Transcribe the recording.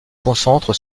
concentre